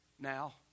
now